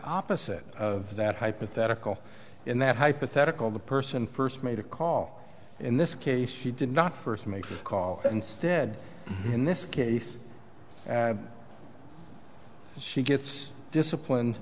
opposite of that hypothetical in that hypothetical the person first made a call in this case he did not first make the call instead in this case she gets disciplined